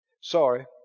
Sorry